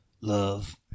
love